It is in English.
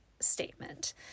statement